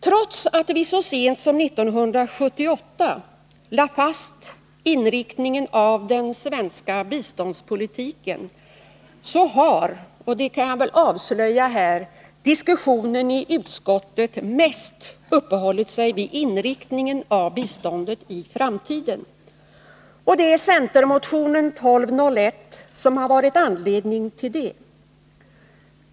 Trots att vi så sent som 1978 lade fast inriktningen av den svenska biståndspolitiken så har — det kan jag väl avslöja här — diskussionen i utskottet mest uppehållit sig vid inriktningen av biståndet i framtiden, och det är centermotionen 1201 som har varit anledning till det.